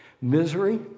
misery